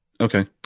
Okay